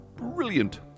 Brilliant